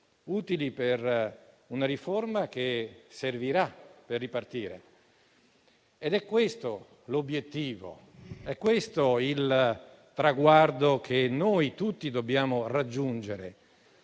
utili per una riforma che servirà per ripartire. È questo l'obiettivo e il traguardo che tutti dobbiamo raggiungere.